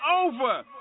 over